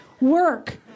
work